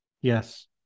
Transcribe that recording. Yes